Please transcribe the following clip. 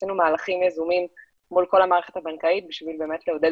עשינו מהלכים יזומים מול כל המערכת הבנקאית כדי לעודד